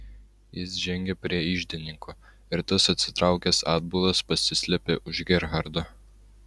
jis žengė prie iždininko ir tas atsitraukęs atbulas pasislėpė už gerhardo